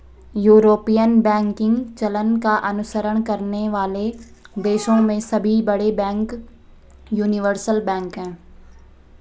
European banking चलन का अनुसरण करने वाले देशों में सभी बड़े बैंक यूनिवर्सल बैंक हैं